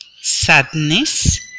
sadness